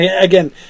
Again